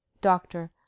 doctor